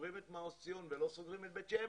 סוגרים את מעוז-ציון ולא סוגרים את בית-שמש.